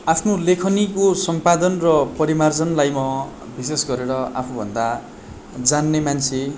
आफ्नो लेखनीको सम्पादन र परिमार्जनलाई म विशेष गरेर आफूभन्दा जान्ने मान्छे